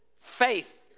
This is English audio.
faith